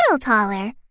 taller